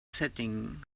setting